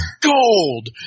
gold